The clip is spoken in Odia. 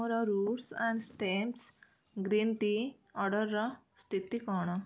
ମୋର roots and stems green tea ଅର୍ଡ଼ର୍ର ସ୍ଥିତି କ'ଣ